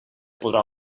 podrà